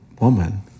woman